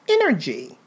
energy